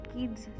kids